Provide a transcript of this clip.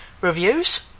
reviews